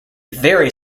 very